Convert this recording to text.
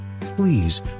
Please